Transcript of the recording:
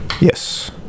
Yes